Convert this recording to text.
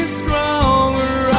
stronger